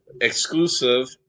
exclusive